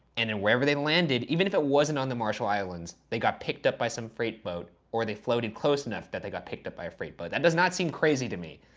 and then wherever they landed, even if it wasn't on the marshall islands, they got picked up by some freight boat, or they floated close enough that they got picked up by a freight boat. that does not seem crazy to me.